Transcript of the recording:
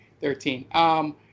thirteen